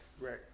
right